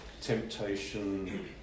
temptation